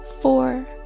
four